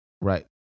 right